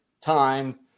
time